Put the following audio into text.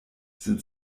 sind